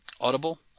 Audible